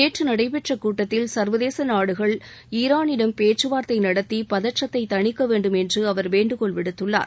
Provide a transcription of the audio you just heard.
நேற்று நடைபெற்ற கூட்டத்தில் சர்வதேச நாடுகள் ஈராளிடம் பேச்சுவார்த்தை நடத்தி பதற்றத்தை தணிக்க வேண்டும் என்று அவர் வேண்டுகோள் விடுத்துள்ளார்